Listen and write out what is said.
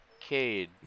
Cade